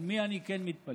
על מי אני כן מתפלא?